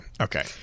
okay